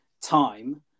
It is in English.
time